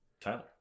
Tyler